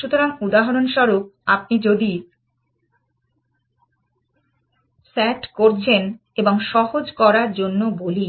সুতরাং উদাহরণস্বরূপ আপনি যদি S A T করছেন এবং সহজ করার জন্য বলি